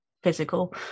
physical